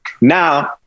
Now